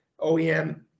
oem